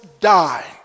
die